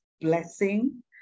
blessing